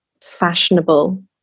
fashionable